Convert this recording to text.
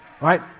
right